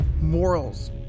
morals